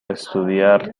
estudiar